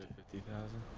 fifty thousand?